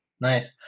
Nice